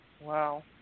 Wow